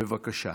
בבקשה.